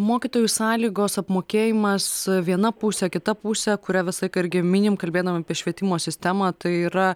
mokytojų sąlygos apmokėjimas viena pusė kita pusė kurią visą laiką irgi minim kalbėdami apie švietimo sistemą tai yra